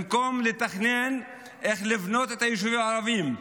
במקום לתכנן איך לבנות את היישובים הערביים,